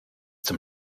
zum